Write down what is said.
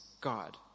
God